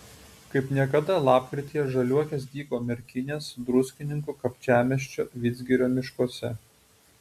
kaip niekada lapkrityje žaliuokės dygo merkinės druskininkų kapčiamiesčio vidzgirio miškuose